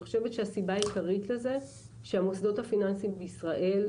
אני חושבת שהסיבה העיקרית לזה היא שהמוסדות הפיננסיים בישראל,